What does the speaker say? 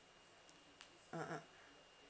uh uh